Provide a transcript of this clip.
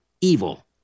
evil